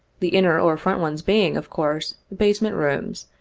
the inner or front ones being, of course, base ment rooms,